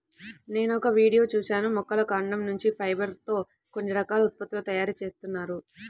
నేనొక వీడియో చూశాను మొక్కల కాండం నుంచి ఫైబర్ తో కొన్ని రకాల ఉత్పత్తుల తయారీ జేత్తన్నారు